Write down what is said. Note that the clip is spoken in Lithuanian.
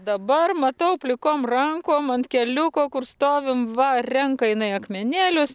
dabar matau plikom rankom ant keliuko kur stovim va renka jinai akmenėlius